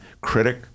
critic